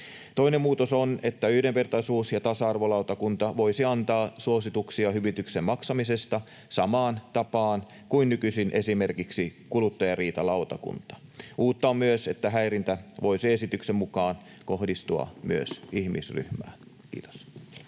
Toinen muutos on, että yhdenvertaisuus‑ ja tasa-arvolautakunta voisi antaa suosituksia hyvityksen maksamisesta samaan tapaan kuin nykyisin esimerkiksi kuluttajariitalautakunta. Uutta on myös, että häirintä voisi esityksen mukaan kohdistua myös ihmisryhmään. — Kiitos.